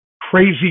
crazy